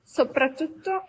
soprattutto